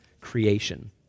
creation